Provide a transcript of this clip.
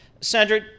Sandra